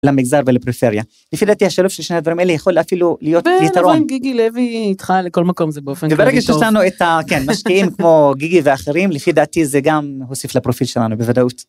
למגזר ולפריפריה, לפי דעתי השילוב של שני הדברים האלה יכול אפילו להיות יתרון. כן אבל גיגי לוי איתך לכל מקום זה באופן. וברגע שיש לנו את המשקיעים כמו גיגי ואחרים לפי דעתי זה גם הוסיף לפרופיל שלנו בוודאות.